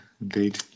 indeed